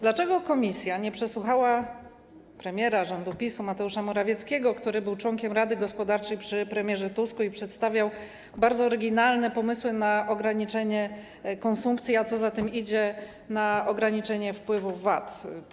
Dlaczego komisja nie przesłuchała premiera rządu PiS Mateusza Morawieckiego, który był członkiem Rady Gospodarczej przy premierze Tusku i przedstawiał bardzo oryginalne pomysły na ograniczenie konsumpcji, a co za tym idzie, na ograniczenie wpływów VAT?